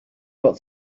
got